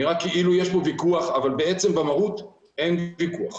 נראה כאילו יש כאן ויכוח אבל בעצם במהות אין ויכוח.